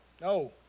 No